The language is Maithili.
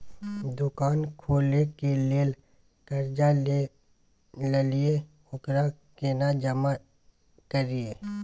दुकान खोले के लेल कर्जा जे ललिए ओकरा केना जमा करिए?